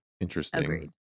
interesting